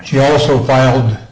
she also failed